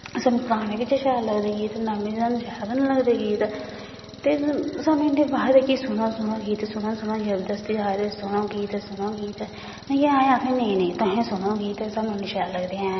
सानूं पराने गै लगदे शैल गहीत नमें ते सानूं लग्गदे गै नेईं ते सानूं इयै कि सुनो सुनो गीत सुनो सुनो इयै बस इयै आक्खदे कि सुनो गीत ते अस इंया आक्खने कि तुसें सुनो गीत ते असेंगी शैल निं लगदे न